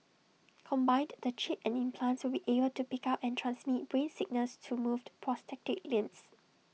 combined the chip and implants will be able to pick up and transmit brain signals to moved prosthetic limbs